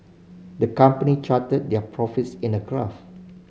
the company charted their profits in a graph